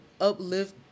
uplift